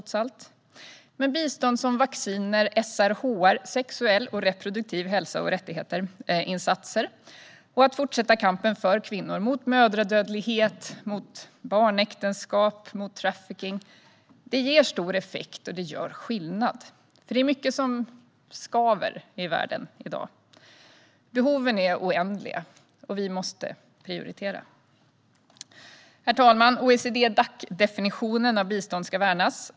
Men bistånd som vacciner, SRHR-insatser, alltså insatser för sexuell och reproduktiv hälsa och rättigheter, och att fortsätta kampen för kvinnor och mot mödradödlighet, barnäktenskap och trafficking ger stor effekt och gör skillnad. Det är mycket som skaver i världen i dag. Behoven är oändliga, och vi måste prioritera. Herr talman! OECD-Dac-definitionen av bistånd ska värnas.